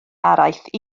araith